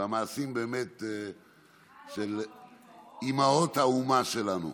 והמעשים באמת של אימהות האומה שלנו,